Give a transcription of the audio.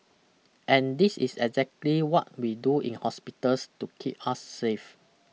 and this is exactly what we do in hospitals to keep us safe